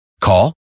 Call